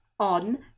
On